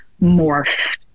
morph